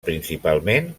principalment